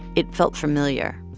it felt familiar.